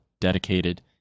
dedicated